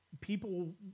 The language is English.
people